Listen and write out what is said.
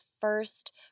first